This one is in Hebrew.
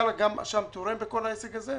היה לה גם אשם תורם בכל העסק הזה.